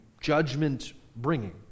judgment-bringing